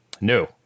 No